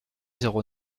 zéro